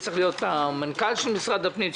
זה צריך להיות המנכ"ל של משרד הפנים,